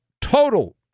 total